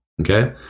Okay